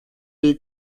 die